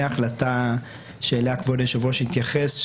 ההחלטה שאליה כבוד היושב-ראש התייחס,